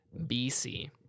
BC